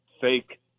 fake